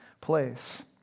place